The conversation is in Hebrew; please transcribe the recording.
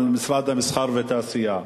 על משרד המסחר והתעשייה,